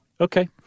Okay